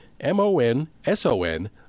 M-O-N-S-O-N